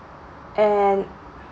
and